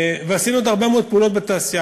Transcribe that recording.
ועשינו עוד הרבה מאוד פעולות בתעשייה.